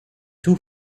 two